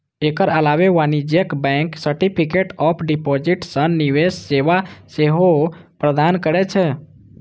एकर अलावे वाणिज्यिक bank certificate of deposit सन निवेश सेवा सेहो प्रदान करै छै